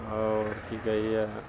आओर की कहैया